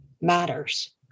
matters